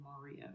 Mario